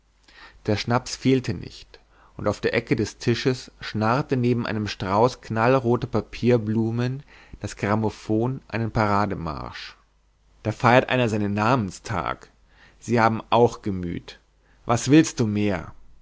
der schnaps fehlte nicht und auf der ecke des tisches schnarrte neben einem strauß knallroter papierblumen das grammophon einen parademarsch da feiert einer seinen namenstag sie haben auch gemüt was willst du mehr